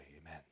Amen